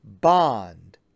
bond